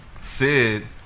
Sid